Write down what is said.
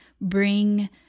bring